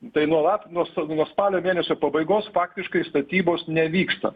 tai nuolat nuo nuo spalio mėnesio pabaigos faktiškai statybos nevyksta